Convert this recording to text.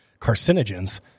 carcinogens